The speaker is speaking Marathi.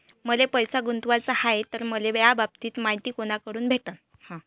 मले पैसा गुंतवाचा हाय तर मले याबाबतीची मायती कुनाकडून भेटन?